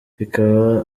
bikaba